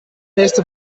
nächste